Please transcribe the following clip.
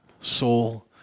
soul